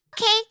Okay